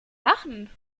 lachen